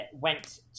went